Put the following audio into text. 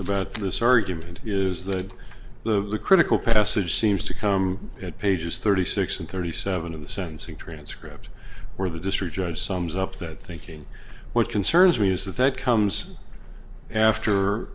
about the surgery is that the critical passage seems to come at pages thirty six and thirty seven of the sentencing transcript or the district judge sums up that thinking what concerns me is that that comes after